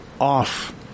off